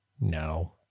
No